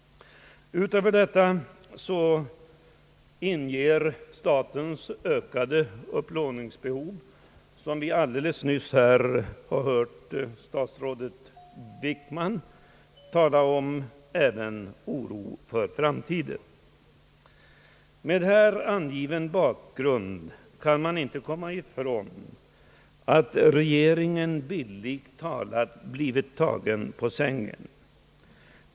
Utöver detta inger även statens ökade upplysningsbehov, som vi alldeles nyss har hört statsrådet Wickman tala om, oro för framtiden. Mot här angiven bakgrund kan man inte komma ifrån att regeringen bildlikt talat har blivit tagen på sängen.